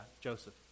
Joseph